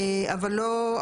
אבל לא,